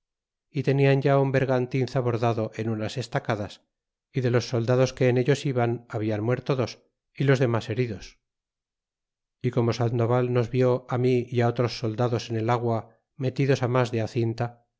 y tenian ya un bergantin zabordado en unas estacadas y de los soldados que en ellos iban hablan muerto dos y los demas heridos y como sandoval nos vió á mí y á otros soldados en el agua metidos mas de